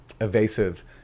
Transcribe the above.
evasive